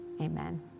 Amen